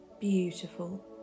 beautiful